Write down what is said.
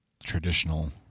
traditional